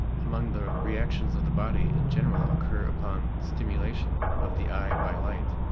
among the reactions of the body in general occur upon stimulation of the eye by light,